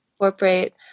incorporate